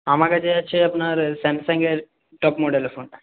আমার কাছে আছে আপনার স্যামসাংয়ের টপ মডেলের ফোনটা